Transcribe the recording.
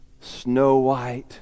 snow-white